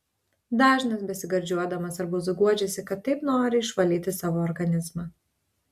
dažnas besigardžiuodamas arbūzu guodžiasi kad taip nori išvalyti savo organizmą